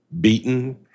beaten